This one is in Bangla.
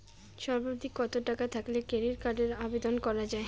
সর্বাধিক কত টাকা থাকলে ক্রেডিট কার্ডের আবেদন করা য়ায়?